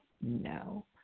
No